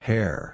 Hair